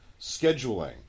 Scheduling